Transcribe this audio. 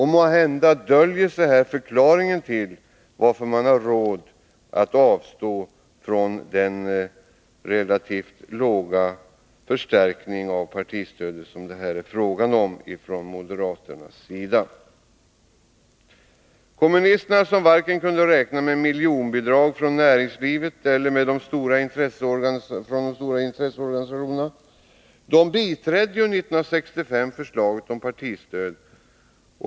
Måhända döljer sig här förklaringen till att moderaterna har råd att avstå från den relativt låga förstärkning av partistödet som det är fråga om. Kommunisterna, som varken kunde räkna med miljonbidrag från näringslivet eller från de stora intresseorganisationerna, biträdde 1965 förslaget om partistöd.